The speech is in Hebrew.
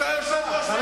אתה יושב-ראש ועדת חוקה,